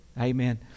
Amen